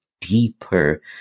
deeper